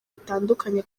butandukanye